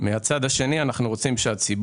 אבל אנחנו גם רוצים שהמחיר שלו